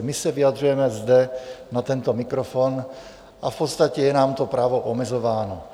My se vyjadřujeme zde na tento mikrofon a v podstatě je nám to právo omezováno.